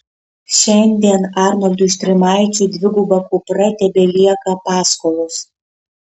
šiandien arnoldui štrimaičiui dviguba kupra tebelieka paskolos